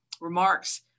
remarks